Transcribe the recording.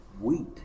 wheat